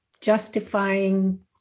justifying